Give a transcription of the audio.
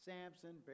Samson